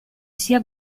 sia